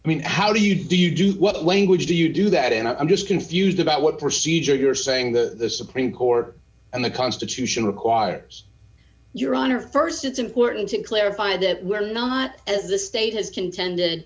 i mean how do you do you do what language do you do that and i'm just confused about what procedure you're saying the supreme court and the constitution requires your honor st it's important to clarify that we're not as the state has contended